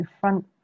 front